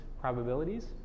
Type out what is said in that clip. probabilities